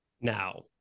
Now